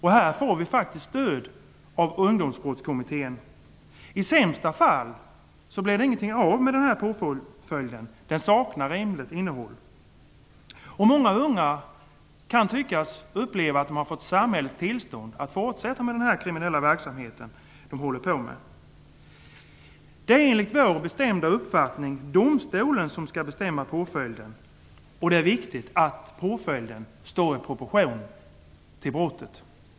Här får vi faktiskt stöd av Ungdomsbrottskommittén. I sämsta fall blir det ingenting av den här påföljden. Den saknar rimligt innehåll. Många unga upplever att de har fått samhällets tillstånd att fortsätta med den kriminella verksamhet som de håller på med. Det är vår bestämda uppfattning att det är domstolen som skall bestämma påföljden, och det är viktigt att påföljden står i proportion till brottet.